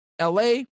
LA